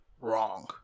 wrong